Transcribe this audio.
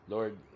Lord